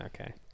Okay